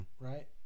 Right